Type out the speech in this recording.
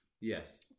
yes